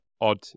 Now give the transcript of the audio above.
odd